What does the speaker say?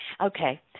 Okay